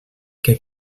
que